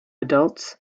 adults